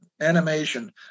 animation